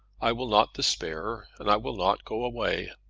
i will not despair, and i will not go away.